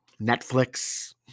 Netflix